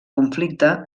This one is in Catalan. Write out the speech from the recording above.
conflicte